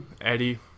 Eddie